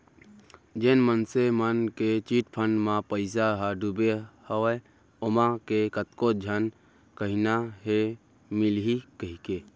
जेन मनसे मन के चिटफंड म पइसा ह डुबे हवय ओमा के कतको झन कहिना हे मिलही कहिके